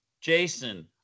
jason